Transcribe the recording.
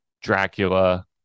Dracula